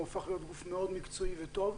הוא הפך להיות גוף מאוד מקצועי וטוב,